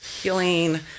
healing